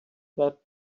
that